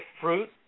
fruit